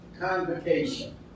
convocation